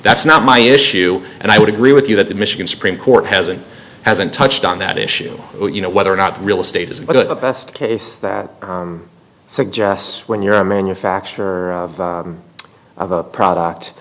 that's not my issue and i would agree with you that the michigan supreme court hasn't hasn't touched on that issue you know whether or not real estate is but a best case that suggests when you're a manufacturer of a product